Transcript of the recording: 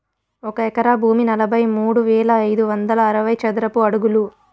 ఒక ఎకరా భూమి నలభై మూడు వేల ఐదు వందల అరవై చదరపు అడుగులు